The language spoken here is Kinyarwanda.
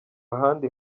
ahandi